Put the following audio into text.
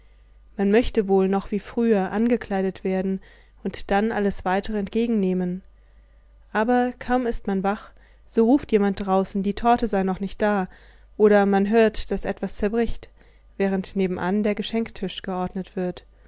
man möchte wohl noch wie früher angekleidet werden und dann alles weitere entgegennehmen aber kaum ist man wach so ruft jemand draußen die torte sei noch nicht da oder man hört daß etwas zerbricht während nebenan der geschenktisch geordnet wird